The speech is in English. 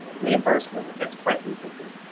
reimbursement. but that's quite lucrative.